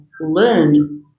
learned